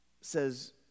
says